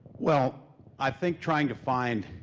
well i think trying to find